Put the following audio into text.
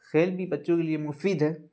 کھیل بھی بچوں کے لیے مفید ہے